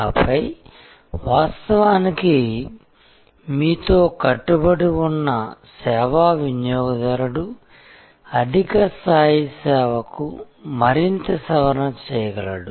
ఆపై వాస్తవానికి మీతో కట్టుబడి ఉన్న సేవా వినియోగదారుడు అధిక స్థాయి సేవకు మరింత సవరణ చేయగలడు